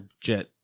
jet